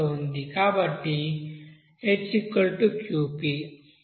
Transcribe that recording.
కాబట్టి HQp